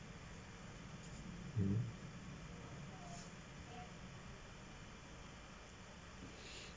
hmm